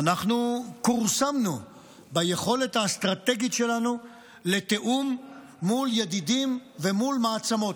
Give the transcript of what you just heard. אנחנו כורסמנו ביכולת האסטרטגית שלנו לתיאום מול ידידים ומול מעצמות.